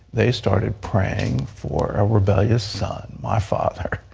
they started praying for a rebellious son, my father.